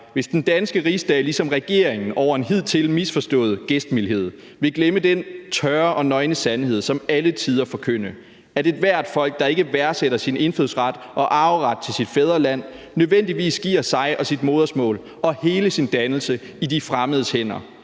hvis den danske rigsdag ligesom regeringen over en hidtil misforstået gæstmildhed vil glemme den tørre og nøgne sandhed, som alle tider forkynde, at ethvert folk, der ikke værdsætter sin indfødsret og arveret til sit fædreland, nødvendigvis giver sig og sit modersmål og hele sin dannelse i de fremmedes hænder